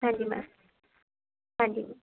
ਹਾਂਜੀ ਹਾਂਜੀ